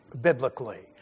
biblically